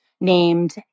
named